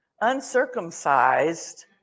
uncircumcised